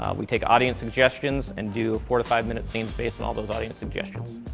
um we take audience suggestions and do four to five minute scenes based on all those audience suggestions.